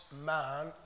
man